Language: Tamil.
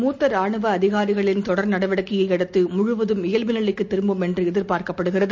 மூத்த ரானுவ அதிகாரிகளின் தொடர் நடவடிக்கையை அடுத்து முழுவதும் சகஜ நிலைக்குத் திரும்பும் என்று எதிர்பார்க்கப்படுகிறது